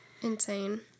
insane